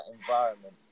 environment